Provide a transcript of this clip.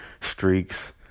streaks